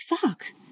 fuck